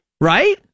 Right